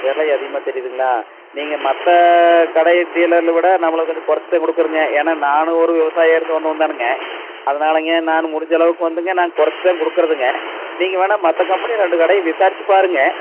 விலை அதிகமாக தெரியுதுங்களா நீங்கள் மற்ற கடை டீலரை விட நம்மளுக்கு கொஞ்சம் குறச்சி தான் கொடுக்குறேங்க ஏன்னா நானும் ஒரு விவசாயியாக இருந்து வந்தவன் தானுங்க அதனாலைங்க நான் முடிஞ்ச அளவுக்கு வந்துங்க நான் குறச்சி தான் கொடுக்குறதுங்க நீங்கள் வேணா மற்ற கம்பெனியில ரெண்டு கடையில் விசாரிச்சு பாருங்கள்